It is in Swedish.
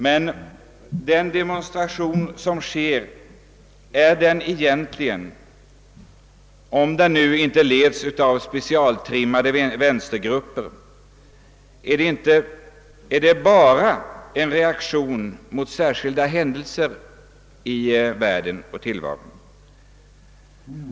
Men, är den demonstration som sker — om den inte leds av specialtrimmade vänstergrupper — bara en reaktion mot särskilda händelser i världen och tillvaron?